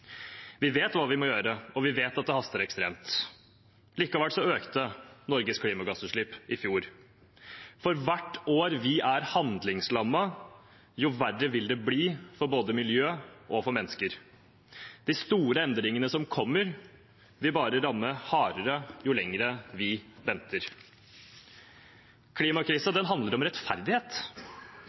Vi vet hva vi må gjøre, og vi vet at det haster ekstremt. Likevel økte Norges klimagassutslipp i fjor. For hvert år vi er handlingslammet, jo verre vil det bli for både miljø og mennesker. De store endringene som kommer, vil bare ramme hardere jo lenger vi venter. Klimakrisen handler om rettferdighet.